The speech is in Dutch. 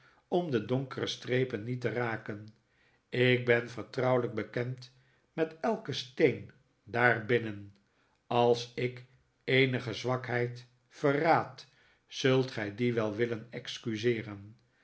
om de donkere strepen niet te raken ik ben vertrouwelijk bekend met elken steen daarbinnen als ik eenige zwakheid verraad zult gij die wel willen excuseeren